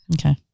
Okay